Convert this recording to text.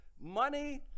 Money